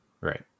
Right